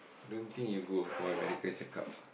don't think you'll go for medical checkup